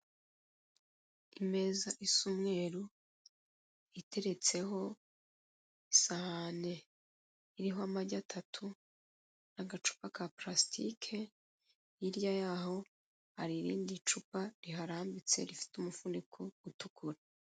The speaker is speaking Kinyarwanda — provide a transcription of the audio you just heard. Imeza isa umweru iteretseho isahani iriho amagi atatu n'agacupa ka purasitike, hirya yaho hari irindi cupa riharambitse rifite umufuniko utukura.